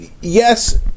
Yes